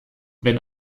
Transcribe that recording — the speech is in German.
wenn